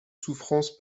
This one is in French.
souffrances